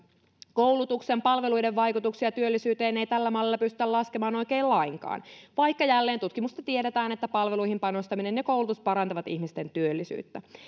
koulutuksen ja palveluiden vaikutuksia työllisyyteen ei tällä mallilla pystytä laskemaan oikein lainkaan vaikka jälleen tutkimuksista tiedetään että palveluihin panostaminen ja koulutus parantavat ihmisten työllisyyttä